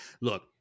look